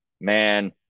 man